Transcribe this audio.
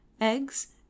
eggs